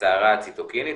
הסערה הציטוקינית,